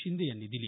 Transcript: शिंदे यांनी दिली